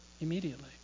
immediately